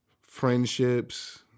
friendships